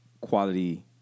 quality